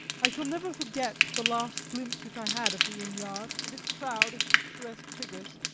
i shall never forget the last glimpse which i had of the inn-yard and its crowd of picturesque figures,